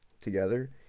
together